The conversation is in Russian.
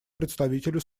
представителю